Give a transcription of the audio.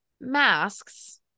masks